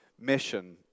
mission